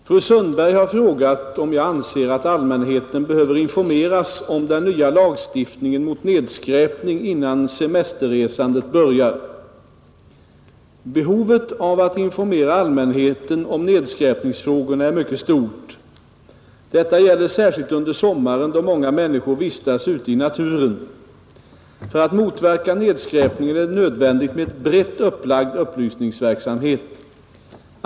Herr talman! Fru Sundberg har frågat om jag anser att allmänheten behöver informeras om den nya lagstiftningen mot nedskräpning innan semesterresandet börjar, Behovet av att informera allmänheten om nedskräpningsfrågorna är mycket stort. Detta gäller särskilt under sommaren då många människor vistas ute i naturen. För att motverka nedskräpningen är det nödvändigt med en brett upplagd upplysningsverksamhet.